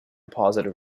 positive